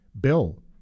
Bill